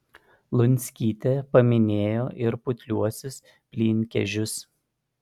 lunskytė paminėjo ir putliuosius plynkežius